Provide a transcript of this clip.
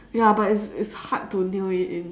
ya but it's it's hard to nail it in